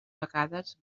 vegades